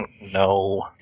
no